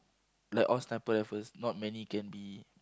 like all sniper rifles not many can be